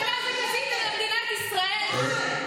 למה,